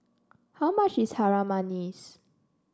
how much is Harum Manis